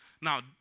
Now